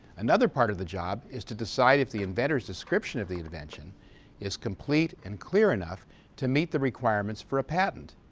another part of the job is to decide if the inventor's description of the invention is complete and clear enough to meet the requirements for a patent,